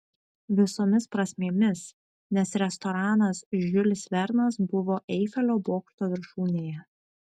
visomis prasmėmis nes restoranas žiulis vernas buvo eifelio bokšto viršūnėje